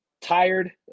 Tired